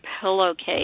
pillowcase